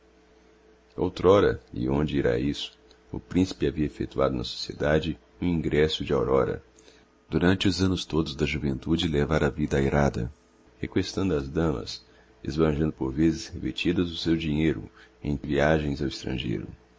fontes outrora e onde irá isso o principe havia effectuado na sociedade um ingresso de aurora durante os annos todos da juventude levara vida airada requestando as damas esbanjando por vezes repetidas o seu dinheiro em viagens ao estrangeiro